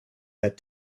that